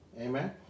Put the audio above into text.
amen